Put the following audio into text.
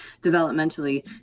developmentally